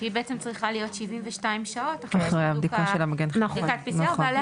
שהיא בעצם צריכה להיות 72 שעות אחרי בדיקת ה-PCR ועליה